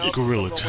Gorilla